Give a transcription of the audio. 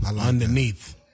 underneath